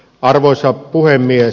arvoisa puhemies